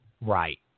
right